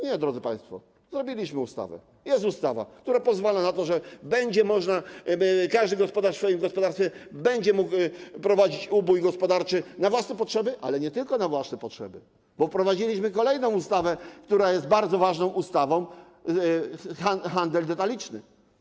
Nie, drodzy państwo, stworzyliśmy ustawę, jest ustawa, która pozwala na to, żeby każdy gospodarz w swoim gospodarstwie mógł prowadzić ubój gospodarczy na własne potrzeby, ale nie tylko na własne potrzeby, bo wprowadziliśmy kolejną ustawę, która jest bardzo ważną ustawą - handel detaliczny.